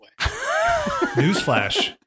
Newsflash